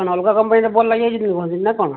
କ'ଣ ଅଲଗା କମ୍ପାନୀର ବଲ୍ବ୍ ଲାଗିଯାଇଛି ବୋଲି କହୁଛନ୍ତି ନା କ'ଣ